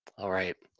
all right,